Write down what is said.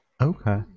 Okay